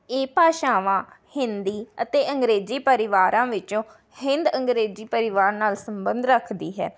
ਇਹ ਭਾਸ਼ਾਵਾਂ ਹਿੰਦੀ ਅਤੇ ਅੰਗਰੇਜ਼ੀ ਪਰਿਵਾਰਾਂ ਵਿੱਚੋਂ ਹਿੰਦ ਅੰਗਰੇਜ਼ੀ ਪਰਿਵਾਰ ਨਾਲ ਸੰਬੰਧ ਰੱਖਦੀ ਹੈ